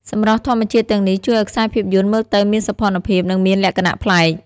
សម្រស់ធម្មជាតិទាំងនេះជួយឲ្យខ្សែភាពយន្តមើលទៅមានសោភ័ណភាព និងមានលក្ខណៈប្លែក។